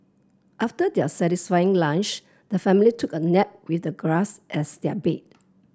after their satisfying lunch the family took a nap with the grass as their bed